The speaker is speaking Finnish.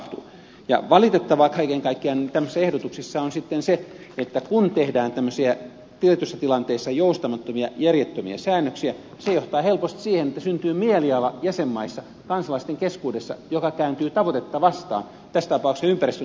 ja valitettavaa kaiken kaikkiaan tämmöisessä ehdotuksessa on sitten se että kun tehdään tämmöisiä tietyssä tilanteessa joustamattomia järjettömiä säännöksiä se johtaa helposti siihen että jäsenmaissa syntyy sellainen mieliala kansalaisten keskuudessa joka kääntyy tavoitetta vastaan tässä tapauksessa ympäristönsuojelua vastaan